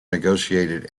negotiated